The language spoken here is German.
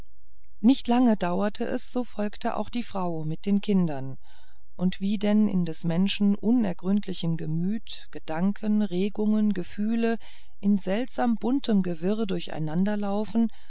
nicht lange dauerte es so folgte auch die frau mit den kindern und wie denn in des menschen unergründlichem gemüt gedanken regungen gefühle in seltsamem bunten gewirr